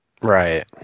Right